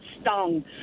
stung